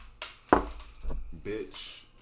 Bitch